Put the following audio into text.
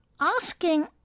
asking